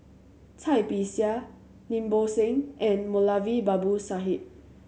Cai Bixia Lim Bo Seng and Moulavi Babu Sahib